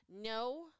no